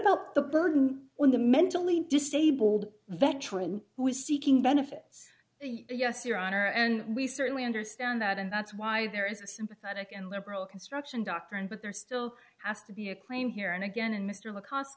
about the burden when the mentally disabled veteran who is seeking benefits yes your honor and we certainly understand that and that's why there is a sympathetic and liberal construction doctrine but there still has to be a claim here and again in mr low cost